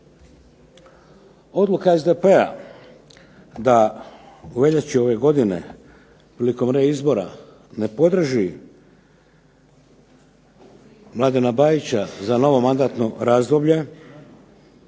Odluka SDP-a da u veljači ove godine prilikom reizbora ne podrži Mladena Bajića za novo mandatno razdoblje,